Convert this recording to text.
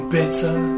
bitter